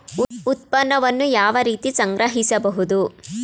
ಉತ್ಪನ್ನವನ್ನು ಯಾವ ರೀತಿ ಸಂಗ್ರಹಿಸಬಹುದು?